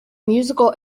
musical